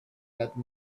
that